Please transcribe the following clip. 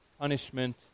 punishment